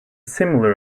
similar